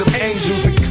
Angels